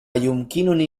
يمكنني